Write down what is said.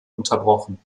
unterbrochen